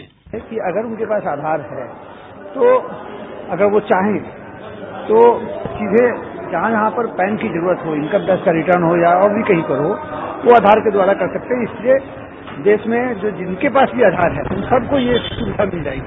bite अगर उनके पास आधार है तो अगर वो चाहें तो सीधे जहां जहां पर पैन की जरूरत हो इनकम टैक्स का रिटर्न हो या और भी कहीं पर हो वो आधार के द्वारा कर सकते हैं इसलिए देश में जो जिनके पास भी आधार है उन सबको यह सुविधा मिल जाएगी